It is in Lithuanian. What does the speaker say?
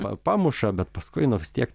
pa pamuša bet paskui nu vis tiek